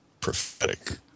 prophetic